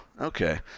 okay